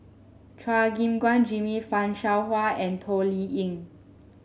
Chua Gim Guan Jimmy Fan Shao Hua and Toh Liying